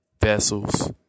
vessels